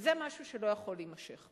וזה משהו שלא יכול להימשך.